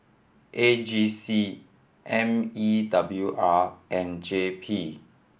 A G C M E W R and J P